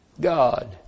God